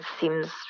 seems